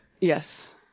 Yes